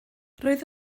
roedd